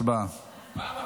שבעה